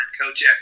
coach